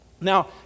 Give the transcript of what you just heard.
Now